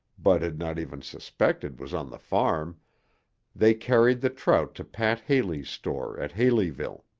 bud had not even suspected was on the farm they carried the trout to pat haley's store at haleyville.